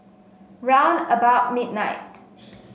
round about midnight